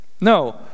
No